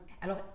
Alors